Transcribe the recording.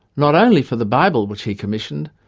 not only for the bible which he commissioned,